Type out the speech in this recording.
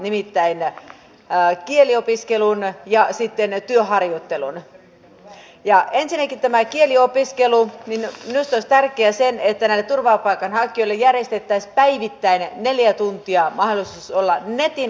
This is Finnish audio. kuitenkin kaikki suuret ja onnistuneet reformit suomessa on valmisteltu laajan ja osallistavan valmisteluprosessin kautta jossa parlamentaarisilla sekä keskeiset intressitahot kokoavilla komiteoilla on ollut ratkaiseva osuus